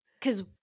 cause